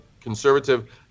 conservative